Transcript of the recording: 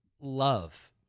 love